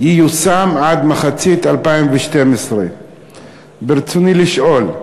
ייושם עד מחצית 2012. ברצוני לשאול: